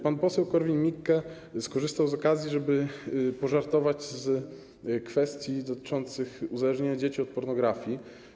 Pan poseł Korwin-Mikke skorzystał z okazji, żeby pożartować z kwestii dotyczących uzależnienia dzieci od pornografii.